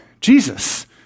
Jesus